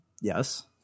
Yes